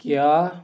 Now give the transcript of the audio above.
کیٛاہ